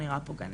אבל שוב,